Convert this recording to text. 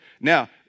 Now